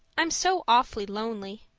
i'm so awfully lonely.